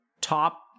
top